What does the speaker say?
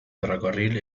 ferrocarril